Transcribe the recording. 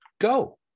go